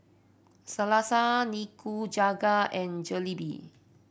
Salsa Nikujaga and Jalebi